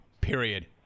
period